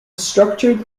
structured